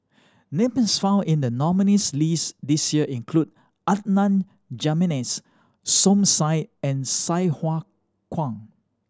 names found in the nominees' list this year include Adan Jimenez Som Said and Sai Hua Kuan